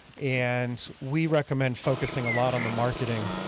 and we recommend focusing a lot on the marketing